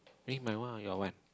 bring my one or your one